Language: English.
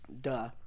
Duh